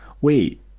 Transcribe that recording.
Wait